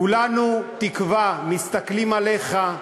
כולנו תקווה, מסתכלים עליך,